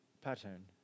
Pattern